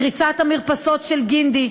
קריסת המרפסות של "גינדי",